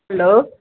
hello